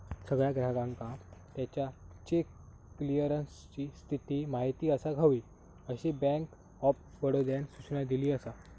सगळ्या ग्राहकांका त्याच्या चेक क्लीअरन्सची स्थिती माहिती असाक हवी, अशी बँक ऑफ बडोदानं सूचना दिली असा